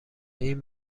این